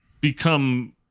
become